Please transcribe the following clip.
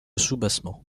soubassement